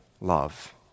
love